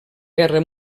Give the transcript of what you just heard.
guerra